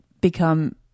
become